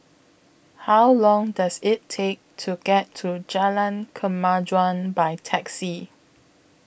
How Long Does IT Take to get to Jalan Kemajuan By Taxi